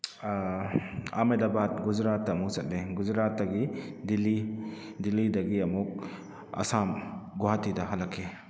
ꯑꯍꯃꯦꯗꯕꯥꯠ ꯒꯨꯖꯔꯥꯠꯇ ꯑꯃꯨꯛ ꯆꯠꯂꯦ ꯒꯨꯖꯔꯥꯠꯇꯒꯤ ꯗꯦꯜꯂꯤ ꯗꯦꯜꯂꯤꯗꯒꯤ ꯑꯃꯨꯛ ꯑꯁꯥꯝ ꯒꯨꯍꯥꯇꯤꯗ ꯍꯜꯂꯛꯈꯤ